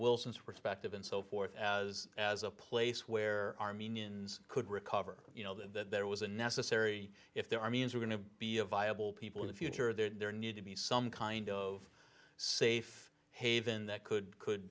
wilson's respective and so forth as as a place where armenians could recover you know that there was a necessary if there are means we're going to be a viable people in the future there need to be some kind of safe haven that could could